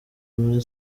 muri